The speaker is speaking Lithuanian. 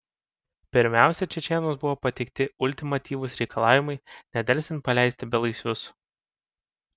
pirmiausia čečėnams buvo pateikti ultimatyvūs reikalavimai nedelsiant paleisti belaisvius